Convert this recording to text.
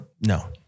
No